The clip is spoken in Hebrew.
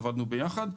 עבדנו יחד.